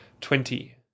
twenty